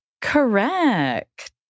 Correct